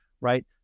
right